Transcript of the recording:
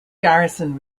garrison